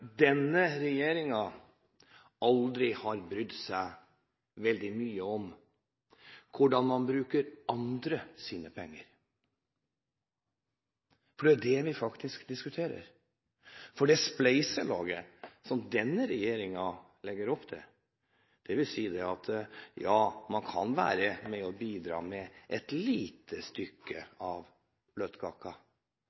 denne regjeringen aldri har brydd seg veldig mye om hvordan man bruker andres penger, for det er det vi faktisk diskuterer. Det spleiselaget som denne regjeringen legger opp til, vil si at regjeringen kan være med på å bidra med et lite stykke